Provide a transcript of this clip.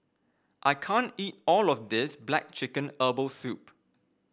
I can't eat all of this black chicken Herbal Soup